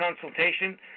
consultation